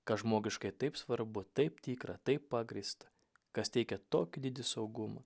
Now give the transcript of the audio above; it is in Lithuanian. kas žmogiškai taip svarbu taip tikra tai pagrįsta kas teikia tokį didį saugumą